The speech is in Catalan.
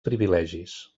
privilegis